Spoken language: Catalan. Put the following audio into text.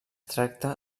tracta